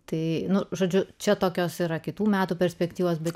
tai nu žodžiu čia tokios yra kitų metų perspektyvos bei